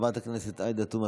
חברת הכנסת עאידה תומא